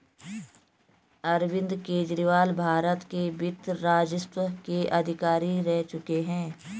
अरविंद केजरीवाल भारत के वित्त राजस्व के अधिकारी रह चुके हैं